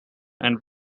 and